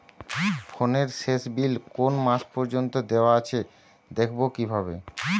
ফোনের শেষ বিল কোন মাস পর্যন্ত দেওয়া আছে দেখবো কিভাবে?